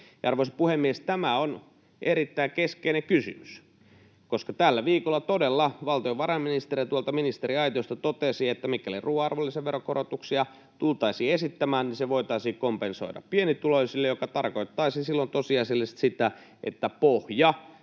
Arvoisa puhemies, tämä on erittäin keskeinen kysymys, koska tällä viikolla todella valtiovarainministeri tuolta ministeriaitiosta totesi, että mikäli ruuan arvonlisäverokorotuksia tultaisiin esittämään, niin ne voitaisiin kompensoida pienituloisille, mikä tarkoittaisi silloin tosiasiallisesti sitä, että pohja